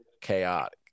chaotic